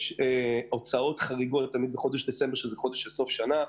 יש הוצאות חריגות בחודש דצמבר כי זה חודש של סוף שנה,